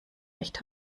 echt